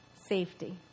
safety